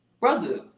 brother